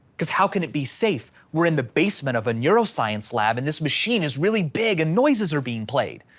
because how can it be safe? we're in the basement of a neuroscience lab, and this machine is really big and noises are being played.